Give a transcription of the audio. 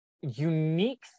unique